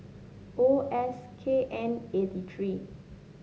O S K N eighty three